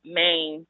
main